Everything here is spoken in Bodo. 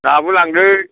नाबो लांदो